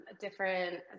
different